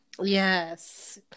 yes